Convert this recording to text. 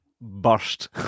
burst